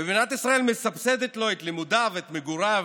ומדינת ישראל מסבסדת לו את לימודיו, את מגוריו,